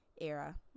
era